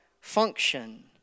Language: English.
function